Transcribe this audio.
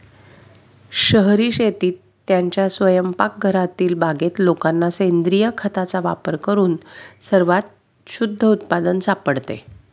शहरी शेतीत, त्यांच्या स्वयंपाकघरातील बागेत लोकांना सेंद्रिय खताचा वापर करून सर्वात शुद्ध उत्पादन सापडते